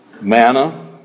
Manna